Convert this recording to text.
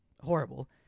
horrible